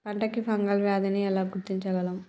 పంట కి ఫంగల్ వ్యాధి ని ఎలా గుర్తించగలం?